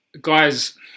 Guys